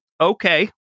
okay